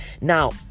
Now